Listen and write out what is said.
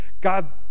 God